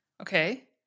Okay